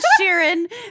Sheeran